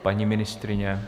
Paní ministryně?